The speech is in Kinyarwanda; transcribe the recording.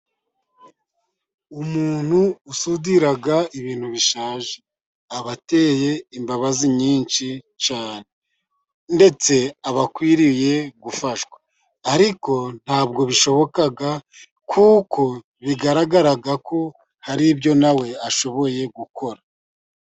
Umuntu usudira ibintu bishaje aba ateye imbabazi nyinshi cyane, ndetse aba akwiriye gufashwa, ariko ntabwo bishoboka kuko bigaragara ko hari ibyo na we ashoboye gukora.